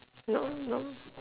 no no